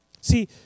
See